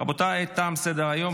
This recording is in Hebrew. אין מתנגדים.